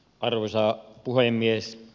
arvoisa puhemies